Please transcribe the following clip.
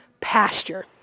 pasture